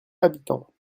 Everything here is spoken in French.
habitants